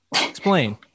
explain